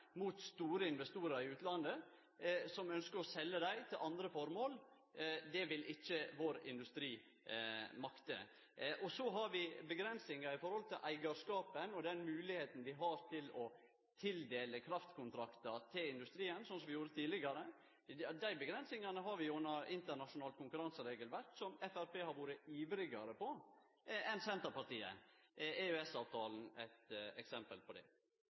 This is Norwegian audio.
mot store investorar i utlandet som ynskjer å selje dei til andre formål. Det vil ikkje vår industri makte. Og så har vi avgrensingar i forhold til eigarskapen og den moglegheita vi har til å tildele kraftkontraktar til industrien, sånn som vi gjorde tidlegare. Dei avgrensingane har vi gjennom internasjonalt konkurranseregelverk, som Framstegspartiet har vore ivrigare på enn Senterpartiet. EØS-avtalen er eit eksempel på det.